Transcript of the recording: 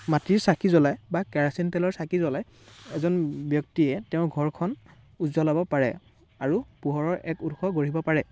মাটিৰ চাকি জ্বলাই বা কেৰাচিন তেলৰ চাকি জ্বলাই এজন ব্যক্তিয়ে তেওঁৰ ঘৰখন উজলাব পাৰে আৰু পোহৰৰ এক উৎস গঢ়িব পাৰে